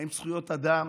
האם זכויות אדם